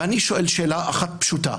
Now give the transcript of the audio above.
ואני שואל שאלה אחת פשוטה: